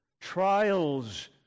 Trials